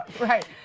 Right